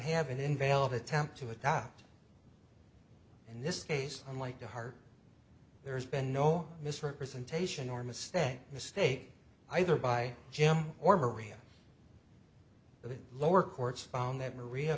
have an invalid attempt to adopt in this case unlike the heart there's been no misrepresentation or miss stant mistake either by jim or maria but the lower courts found that maria